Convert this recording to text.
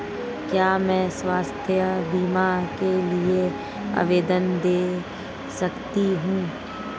क्या मैं स्वास्थ्य बीमा के लिए आवेदन दे सकती हूँ?